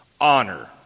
Honor